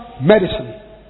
medicine